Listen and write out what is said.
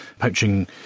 poaching